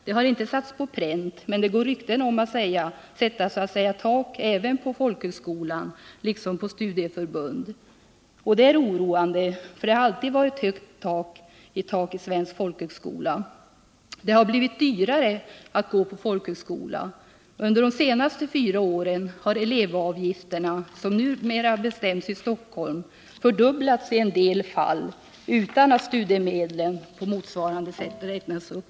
Det har inte satts på pränt, men det går rykten om att det skall ”sättas tak” även på folkhögskolan, liksom på studieförbunden. Det är oroande, för det har alltid varit högt i tak inom svensk folkhögskola. Det har blivit dyrare att gå på folkhögskola. Under de senaste fyra åren har elevavgifterna, som numera bestäms i Stockholm, fördubblats i en del fall, utan att studiemedlen på motsvarande sätt räknats upp.